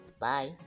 Bye